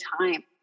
time